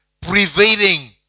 prevailing